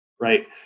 right